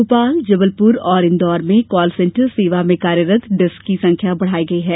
भोपाल जबलपुर और इंदौर में call centre सेवा में कार्यरत डेस्क की संख्या बढ़ाई गई है